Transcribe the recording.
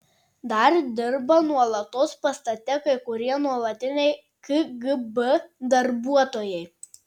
dar dirba nuolatos pastate kai kurie nuolatiniai kgb darbuotojai